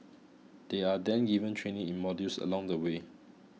they are then given training in modules along the way